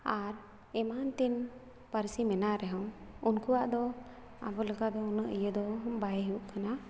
ᱟᱨ ᱮᱢᱟᱱ ᱛᱮᱱ ᱯᱟᱹᱨᱥᱤ ᱢᱮᱱᱟᱜ ᱨᱮᱦᱚᱸ ᱩᱱᱠᱩᱣᱟᱜ ᱫᱚ ᱟᱵᱚ ᱞᱮᱠᱟ ᱫᱚ ᱩᱱᱟᱹᱜ ᱤᱭᱟᱹ ᱫᱚ ᱵᱟᱭ ᱦᱩᱭᱩᱜ ᱠᱟᱱᱟ